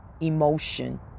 emotion